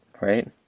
right